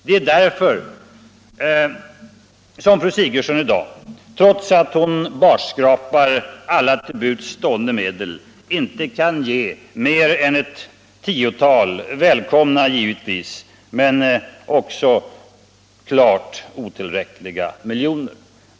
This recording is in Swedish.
Det är därför som fru Sigurdsen i dag, trots att hon barskrapar alla till buds stående medel, inte kan ge mer än ett tiotal, välkomna givetvis men också klart otillräckliga, miljoner.